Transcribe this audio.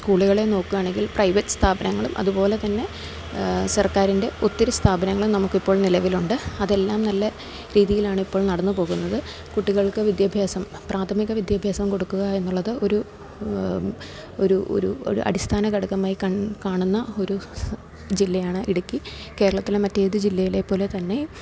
സ്കൂളുകളെ നോക്കുകയാണെങ്കിൽ പ്രൈവറ്റ് സ്ഥാപനങ്ങളും അതുപോലെതന്നെ സർക്കാരിൻ്റെ ഒത്തിരി സ്ഥാപനങ്ങളും നമുക്കിപ്പോൾ നിലവിലുണ്ട് അതെല്ലാം നല്ല രീതിയിലാണിപ്പോൾ നടന്നുപോകുന്നത് കുട്ടികൾക്കു വിദ്യാഭ്യാസം പ്രാഥമിക വിദ്യാഭ്യാസം കൊടുക്കുക എന്നുള്ളത് ഒരു അടിസ്ഥാന ഘടകമായി കാണുന്ന ഒരു ജില്ലയാണ് ഇടുക്കി കേരളത്തിലെ മറ്റേതു ജില്ലയിലെ പോലെ തന്നെ